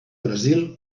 brasil